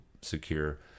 secure